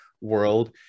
world